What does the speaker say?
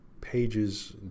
pages